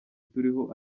turiho